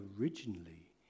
originally